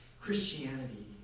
Christianity